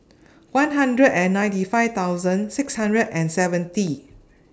one hundred and ninety five thousand six hundred and seventy